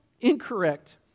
incorrect